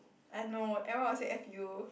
I know everyone will say F U